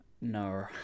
No